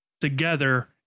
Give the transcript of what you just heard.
together